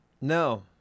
No